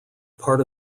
part